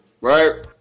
right